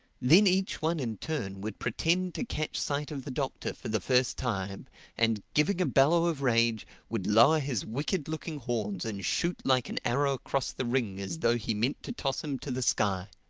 then each one in turn would pretend to catch sight of the doctor for the first time and giving a bellow of rage, would lower his wicked looking horns and shoot like an arrow across the ring as though he meant to toss him to the sky.